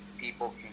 people